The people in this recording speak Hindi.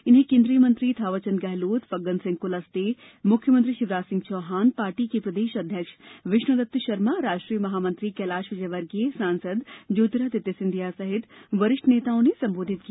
इन्हें केन्द्रीय मंत्री थावर चंद गेहलोत फग्गन सिंह कुलस्ते मुख्यमंत्री शिवराज सिंह चौहान पार्टी के प्रदेश अध्यक्ष विष्णु दत्त शर्मा राष्ट्रीय महामंत्री कैलाश विजयवर्गीय सांसद ज्योतिरादित्य सिंधिया सहित वरिष्ठ नेताओं ने संबोधित किया